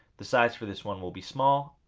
the size for this one will be small,